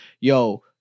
yo